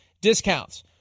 discounts